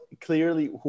clearly